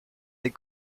des